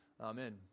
Amen